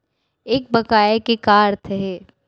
एक बकाया के का अर्थ हे?